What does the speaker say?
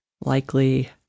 likely